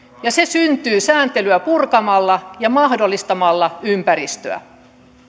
ja se syntyy sääntelyä purkamalla ja mahdollistamalla ympäristöä